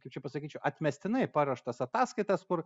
kaip čia pasakyčiau atmestinai paruoštas ataskaitas kur